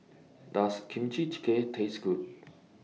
Does Kimchi Jjigae Taste Good